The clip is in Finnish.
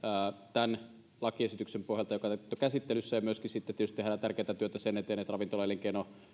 tämän lakiesityksen pohjalta joka nyt on käsittelyssä ja myöskin sitten tietysti tehdään tärkeätä työtä sen eteen että ravintolaelinkeino